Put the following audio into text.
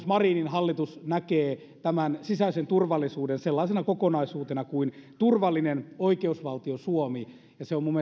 marinin hallitus näkee tämän sisäisen turvallisuuden sellaisena kokonaisuutena kuin turvallinen oikeusvaltio suomi ja se on minun